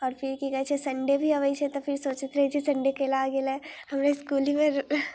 आओर फिर की कहै छै सण्डे भी अबै छै तऽ फिर सोचैत रहै छियै सण्डे कय लए आ गेलै हमरे इसकुल ही मे